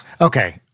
Okay